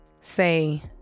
say